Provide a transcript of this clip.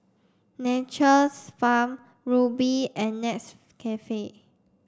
Nature's Farm Rubi and Nescafe